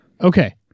Okay